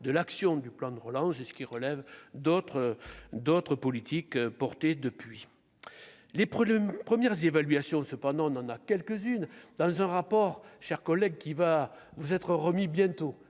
de l'action du plan de relance et ce qui relève d'autres d'autres politiques porté depuis les problèmes premières évaluations cependant, on en a quelques-unes dans un rapport chers collègue qui va vous être remis bientôt